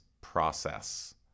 process